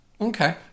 Okay